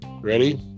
Ready